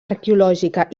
arqueològica